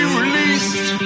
released